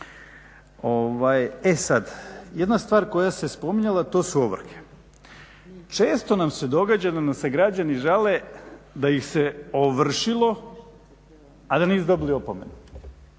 E sad, jedna stvar koja se spominjala to su ovrhe. Često nam se događa da nam se građani žale da ih se ovršilo a da nisu dobili opomenu.